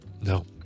no